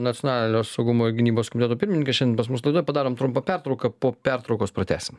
nacionalinio saugumo ir gynybos komiteto pirmininkas šiandien pas mus laidoje padarom trumpą pertrauką po pertraukos pratęsim